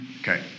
Okay